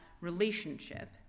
relationship